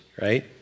right